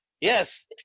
yes